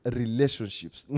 relationships